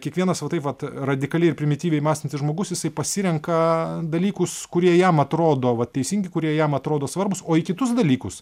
kiekvienas va taip vat radikaliai ir primityviai mąstantis žmogus jisai pasirenka dalykus kurie jam atrodo va teisingi kurie jam atrodo svarbūs o į kitus dalykus